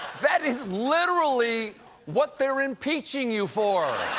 that is literally what they're impeaching you for.